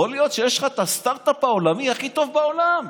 יכול להיות שיש לך את הסטרטאפ העולמי הכי טוב בעולם.